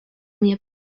mnie